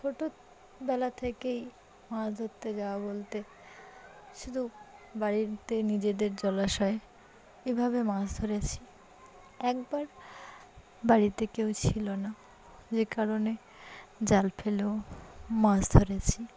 ছোটো বেলা থেকেই মাছ ধরতে যাওয়া বলতে শুধু বাড়িতে নিজেদের জলাশয় এভাবে মাছ ধরেছি একবার বাড়িতে কেউ ছিল না যে কারণে জাল ফেলেও মাছ ধরেছি